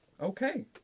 Okay